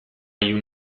ilun